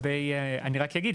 אני רק אגיד,